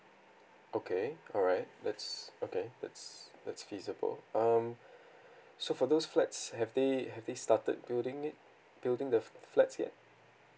okay alright that's okay that's that's feasible um so for those flats have they have they started building it building the flats yet